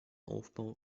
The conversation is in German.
aufbau